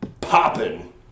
popping